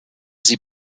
sie